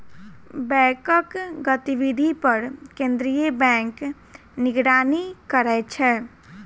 बैंकक गतिविधि पर केंद्रीय बैंक निगरानी करै छै